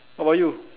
what about you